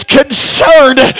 concerned